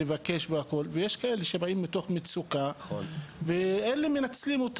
אבל יש גם כאלה שמתחילים לעבוד מתוך מצוקה כלכלית ואותם בדיוק מנצלים.